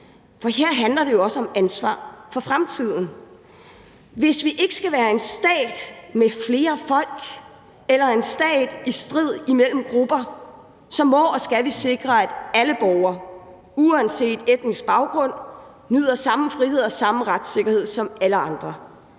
for her handler det jo også om ansvar for fremtiden. Hvis vi ikke skal være en stat med flere folk eller en stat med strid mellem grupper, må og skal vi sikre, at alle borgere uanset etnisk baggrund nyder samme frihed og retssikkerhed. Her slås alt